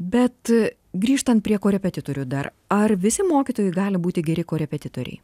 bet grįžtant prie korepetitorių dar ar visi mokytojai gali būti geri korepetitoriai